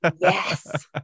Yes